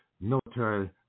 military